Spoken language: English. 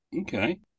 Okay